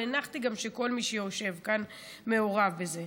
אבל הנחתי שכל מי שיושב כאן מעורב בזה.